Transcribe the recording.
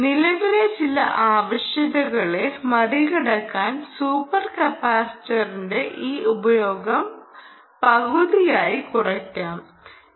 നിലവിലെ ചില ആവശ്യകതകളെ മറികടക്കാൻ സൂപ്പർ കപ്പാസിറ്ററിന്റെ ഈ ഉപയോഗം പകുതിയായി കുറയ്ക്കാo